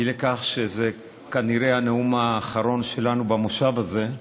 אי לכך שזה כנראה הנאום האחרון שלנו במושב הזה,